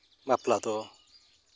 ᱵᱟᱯᱞᱟ ᱫᱚ